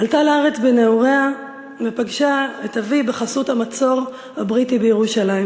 עלתה לארץ בנעוריה ופגשה את אבי בחסות המצור הבריטי בירושלים,